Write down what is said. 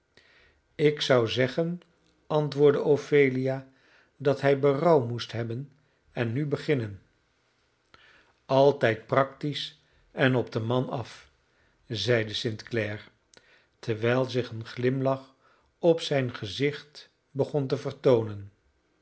ik zou zeggen antwoordde ophelia dat hij berouw moest hebben en nu beginnen altijd practisch en op den man af zeide st clare terwijl zich een glimlach op zijn gezicht begon te vertoonen